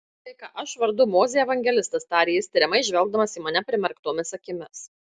sveika aš vardu mozė evangelistas tarė jis tiriamai žvelgdamas į mane primerktomis akimis